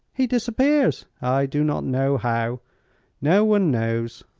he disappears i do not know how no one knows.